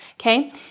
Okay